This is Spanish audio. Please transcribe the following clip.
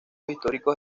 históricos